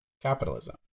capitalism